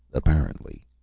apparently.